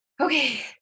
Okay